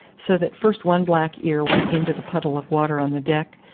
so that first one black ear went into the puddle of water on the deck,